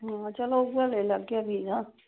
चलो उ'ऐ लेई लैगे